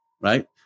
right